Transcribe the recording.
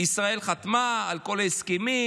שישראל חתמה על כל ההסכמים,